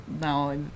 now